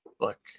look